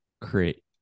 create